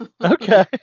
Okay